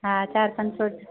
हा चारि पंज सौ रूपिया